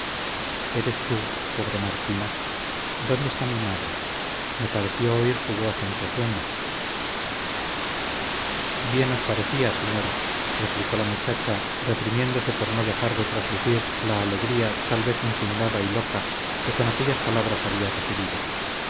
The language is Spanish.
eres tú pobre martina dónde está mi madre me pareció oír su voz entre sueños bien os parecía señora replicó la muchacha reprimiéndose por no dejar traslucir la alegría tal vez infundada y loca que con aquellas palabras había recibido